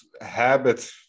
habit